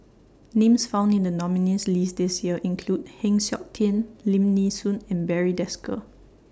Names found in The nominees' list This Year include Heng Siok Tian Lim Nee Soon and Barry Desker